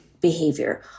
behavior